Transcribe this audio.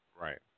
Right